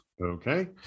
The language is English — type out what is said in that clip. Okay